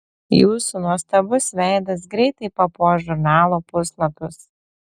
jūsų nuostabus veidas greitai papuoš žurnalo puslapius